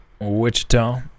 Wichita